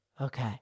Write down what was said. Okay